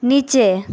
নীচে